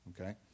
okay